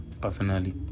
personally